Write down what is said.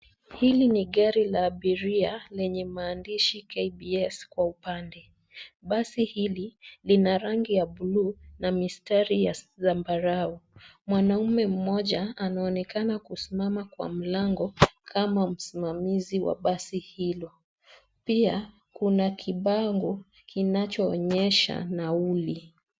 Hili ni gari la abiria lenye maandishi, KBS,kwa upande. Basi hili lina rangi ya bluu na mistari ya zambarau. Mwanaume mmoja anaonekana kusimama kwa mlango kama msimamizi wa basi hilo. Pia, kuna kibango kinachoonyesha nauli.